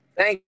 Thank